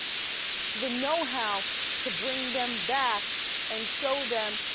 the know-how to bring them back and show them.